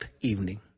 evening